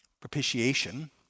Propitiation